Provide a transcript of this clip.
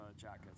jackets